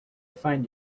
find